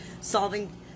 solving